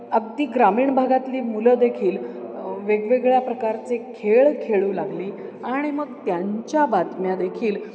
अगदी ग्रामीण भागातली मुलं देखील वेगवेगळ्या प्रकारचे खेळ खेळू लागली आणि मग त्यांच्या बातम्या देखील